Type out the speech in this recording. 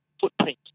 footprint